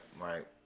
right